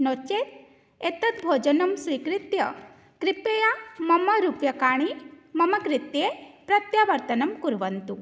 नो चेत् एतद् भोजनं स्वीकृत्य कृपया मम रूप्यकाणि मम कृते प्रत्यावर्तनं कुर्वन्तु